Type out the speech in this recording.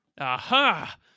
Aha